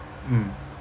mm